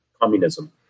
Communism